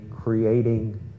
creating